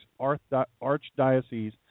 Archdiocese